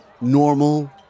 normal